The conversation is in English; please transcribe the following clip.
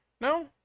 No